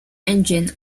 engine